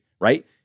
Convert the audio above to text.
right